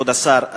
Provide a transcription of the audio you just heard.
כבוד השר,